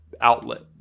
outlet